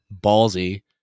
ballsy